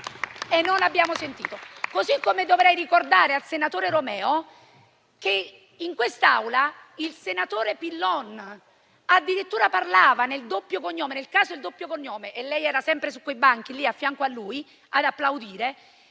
e non vi abbiamo sentito. Analogamente, dovrei ricordare al senatore Romeo che in quest'Aula il senatore Pillon addirittura diceva, nel caso del doppio cognome - e lei era sempre su quei banchi affianco a lui, ad applaudire